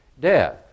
death